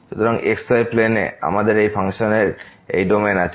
সুতরাং xy plane এ আমাদের এই ফাংশনের এই ডোমেইন আছে